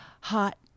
hot